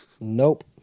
Nope